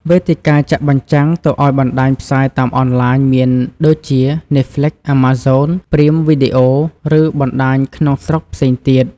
វេទិកាចាក់បញ្ចាំងទៅឲ្យបណ្ដាញផ្សាយតាមអនឡាញមានដូចជា Netflix, Amazon Prime Video ឬបណ្ដាញក្នុងស្រុកផ្សេងទៀត។